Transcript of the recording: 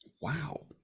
Wow